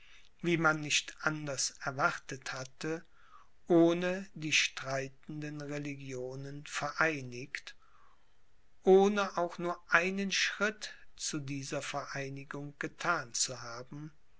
wie man nicht anders erwartet hatte ohne die streitenden religionen vereinigt ohne auch nur einen schritt zu dieser vereinigung gethan zu haben